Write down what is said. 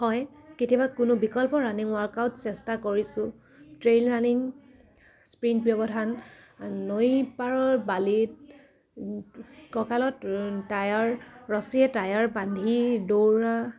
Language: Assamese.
হয় কেতিয়াবা কোনো বিকল্প ৰানিং ৱাৰ্কআট চেষ্টা কৰিছোঁ ট্ৰেইল ৰাণিং স্প্ৰিণ্ট ব্যৱধান নৈ পাৰৰ বালিত কঁকালত টায়াৰ ৰছিৰে টায়াৰ বান্ধি দৌৰা